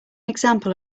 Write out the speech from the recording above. example